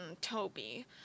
Toby